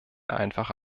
einfache